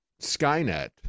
Skynet